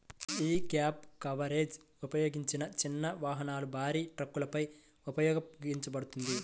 యీ gap coverage ఉపయోగించిన చిన్న వాహనాలు, భారీ ట్రక్కులపై ఉపయోగించబడతది